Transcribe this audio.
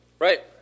Right